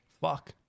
Fuck